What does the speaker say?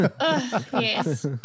Yes